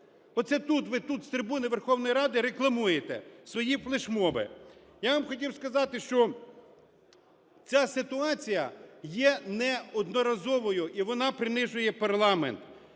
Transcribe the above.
Оце тут ви тут з трибуни Верховної Ради рекламуєте свої флешмоби. Я вам хотів сказати, що ця ситуація є неодноразовою, і вона принижує парламент.